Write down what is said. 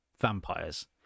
vampires